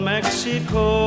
Mexico